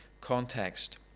context